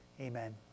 Amen